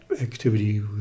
activity